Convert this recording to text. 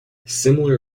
similar